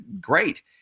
great